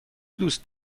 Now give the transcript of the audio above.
دوست